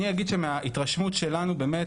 אני אגיד שמההתרשמות שלנו באמת,